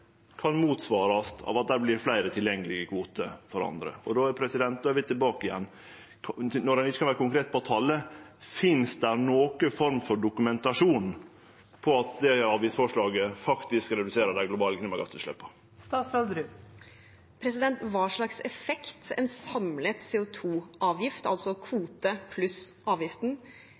kan motsvarast av at det vert fleire tilgjengelege kvotar for andre. Då er vi tilbake igjen. Når ein ikkje kan vere konkret på talet: Finst det nokon form for dokumentasjon på at det avgiftsforslaget faktisk reduserer dei globale klimagassutsleppa? Hva slags effekt en samlet CO 2 -avgift, altså kvote pluss